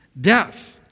Death